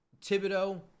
Thibodeau